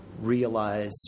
realize